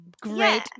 great